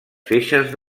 feixes